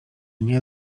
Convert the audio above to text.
nie